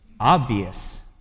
obvious